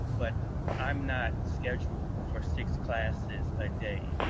but i'm not scheduled for six classes a day.